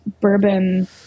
bourbon